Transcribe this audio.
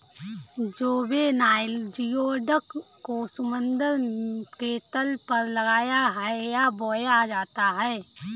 juvenile geoduck को समुद्र के तल पर लगाया है या बोया जाता है